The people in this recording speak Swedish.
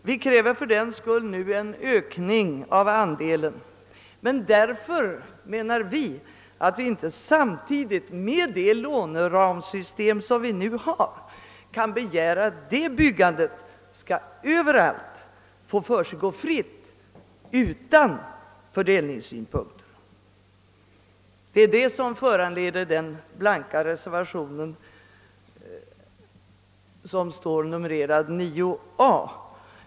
Vi kräver fördenskull nu en ökning av andelen, men vi menar att vi inte samtidigt, med det låneramsystem vi nu har, kan begära att detta byggande överallt skall få försiggå fritt utan fördelningssynpunkter. Det är detta som föranlett den blanka reservationen som betecknats. med 9 b.